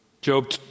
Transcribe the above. Job